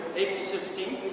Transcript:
sixteenth